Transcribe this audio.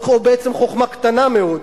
או בעצם חוכמה קטנה מאוד.